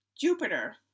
Jupiter